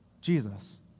Jesus